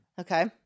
okay